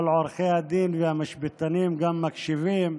כל עורכי הדין והמשפטנים גם מקשיבים,